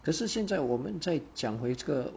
可是现在我们在讲回这个